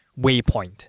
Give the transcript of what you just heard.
waypoint